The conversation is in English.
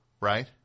right